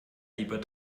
lieber